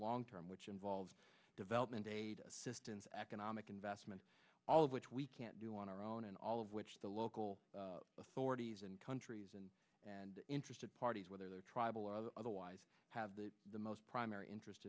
long term which involves development aid assistance economic investment all of which we can't do on our own and all of which the local authorities and countries and interested parties whether they are tribal or otherwise have the most primary interest